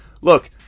look